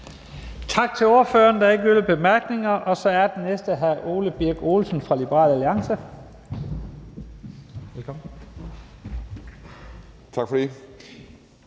Tak til ordføreren. Der er ikke yderligere korte bemærkninger. Så er den næste hr. Ole Birk Olesen fra Liberal Alliance. Velkommen. Kl.